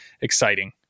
exciting